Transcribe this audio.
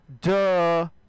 duh